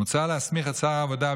מוצע להסמיך את שר העבודה,